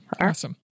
Awesome